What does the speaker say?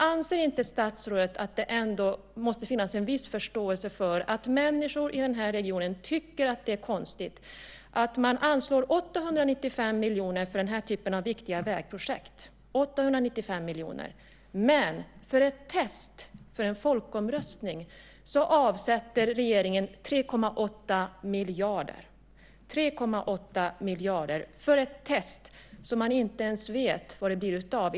Anser inte statsrådet att det måste finnas en viss förståelse för att människor i den regionen tycker att det är konstigt att man anslår 895 miljoner för den här typen av viktiga vägprojekt, men för en test och en folkomröstning avsätter regeringen 3,8 miljarder, en test som man inte ens vet vad den ska leda till?